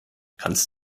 kannst